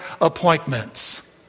appointments